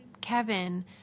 Kevin